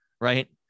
right